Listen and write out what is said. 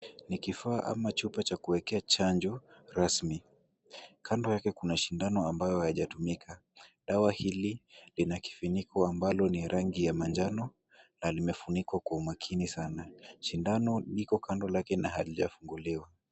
Ni kifaa ama chupa cha kuwekea chanjo rasmi. Kando yake, kuna shindano ambayo hayajatumika. Dawa hili lina kifuniko ambalo ni rangi ya manjano, na limefunikwa kwa umakini sana. Shindano liko kando lake na halijafunguliwa.